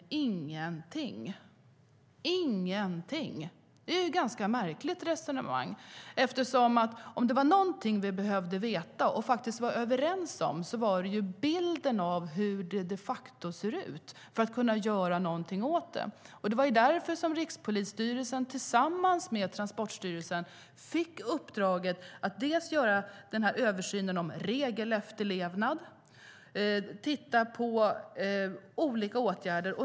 Ni säger att den ingenting gör. Det är ett ganska märkligt resonemang. Om det är någonting vi behöver veta och vara överens om är det bilden av hur det de facto ser ut för att kunna göra någonting åt det. Det var därför som Rikspolisstyrelsen tillsammans med Transportstyrelsen fick uppdraget att göra översynen av regelefterlevnad och titta på olika åtgärder.